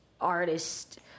artist